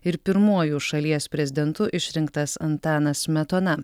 ir pirmuoju šalies prezidentu išrinktas antanas smetona